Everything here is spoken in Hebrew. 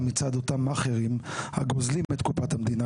מצד אותם מאכרים שגוזלים את קופת המדינה,